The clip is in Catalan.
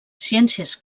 ciències